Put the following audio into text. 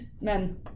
men